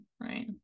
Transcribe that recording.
right